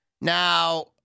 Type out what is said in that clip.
Now